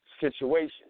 Situation